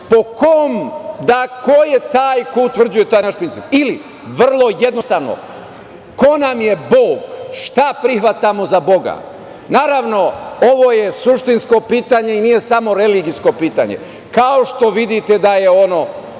principu, ko je taj koji utvrđuje taj naš princip, ili vrlo jednostavno, ko nam je Bog, šta prihvatimo za Boga? Naravno, ovo je suštinsko pitanje i nije samo religijsko pitanje, kao što vidite da je ono